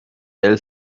elle